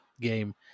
game